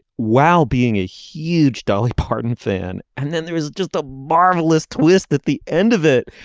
wow being a huge dolly parton fan and then there is just a marvelous twist at the end of it.